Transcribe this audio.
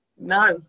no